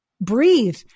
breathe